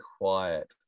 quiet